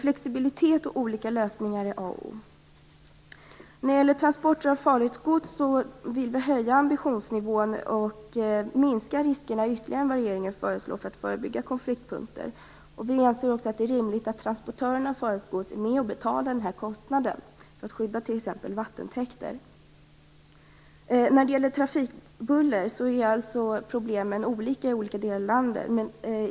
Flexibilitet och olika lösningar är a och o. Beträffande transporter av farligt gods vill vi höja ambitionsnivån och minska riskerna utöver vad regeringen föreslår just för att förebygga konfliktpunkter. Vi anser också att det är rimligt att transportörer av farligt gods är med och betalar vad det kostar. Det gäller t.ex. att skydda vattentäkter. Problemen med trafikbuller är olika i olika delar av landet.